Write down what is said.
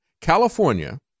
California